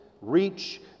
reach